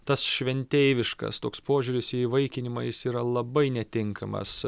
tas šventeiviškas toks požiūris į įvaikinimą jis yra labai netinkamas